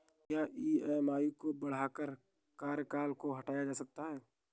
क्या ई.एम.आई को बढ़ाकर कार्यकाल को घटाया जा सकता है?